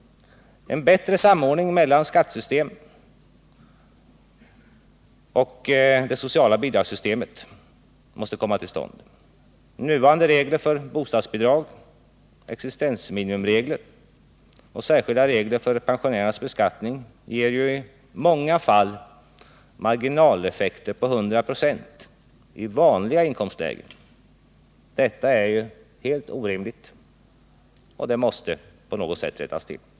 En bättre samordning mellan skattesystemet och det sociala bidragssystemet måste komma till stånd. Nuvarande regler för bostadsbidrag, existensminimumregler och särskilda regler för pensionärernas beskattning ger ju i många fall marginaleffekter på 100 96 i vanliga inkomstlägen. Detta är helt orimligt och måste rättas till.